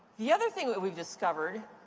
the other thing that we've discovered